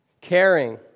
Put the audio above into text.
caring